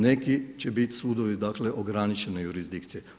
Neki će biti sudovi dakle ograničene jurisdikcije.